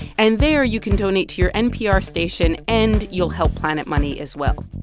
and there, you can donate to your npr station, and you'll help planet money as well.